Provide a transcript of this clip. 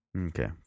Okay